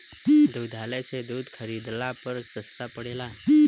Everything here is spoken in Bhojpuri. दुग्धालय से दूध खरीदला पर सस्ता पड़ेला?